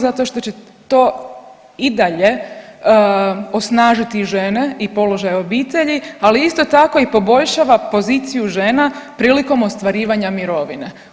Zato što će to i dalje osnažiti žene i položaj obitelji, ali isto tako i poboljšava poziciju žena prilikom ostvarivanja mirovine.